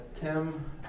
Tim